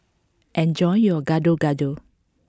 enjoy your Gado Gado